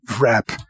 rap